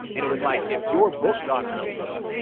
and it was like if your book got on oprah,